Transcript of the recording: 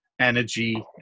energy